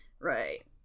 right